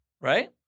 right